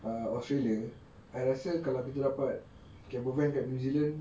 uh australia I rasa kalau kita dapat camper van kat new zealand